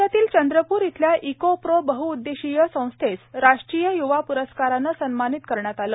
राज्यातील चंद्रपूर इथल्या eco pro बहउददेशीय या संस्थेस राष्ट्रीय यूवा प्रस्काराने सन्मानित करण्यात आले